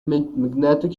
magnetic